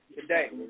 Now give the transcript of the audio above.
Today